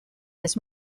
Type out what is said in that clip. les